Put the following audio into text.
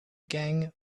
gang